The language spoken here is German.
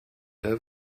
der